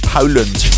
Poland